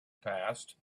passed